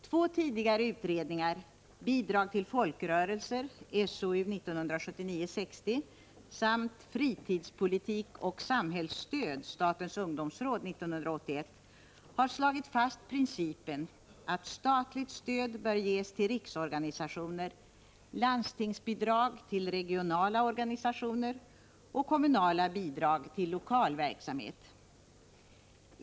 Två tidigare utredningar, Bidrag till folkrörelser samt Fritidspolitik och samhällsstöd , har slagit fast principen att statligt stöd bör ges till riksorganisationer, landstingsbidrag till regionala organisationer och kommunala bidrag till lokal verksamhet.